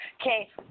Okay